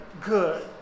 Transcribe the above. good